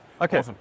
Okay